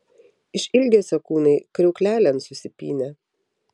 iš ilgesio kūnai kriauklelėn susipynė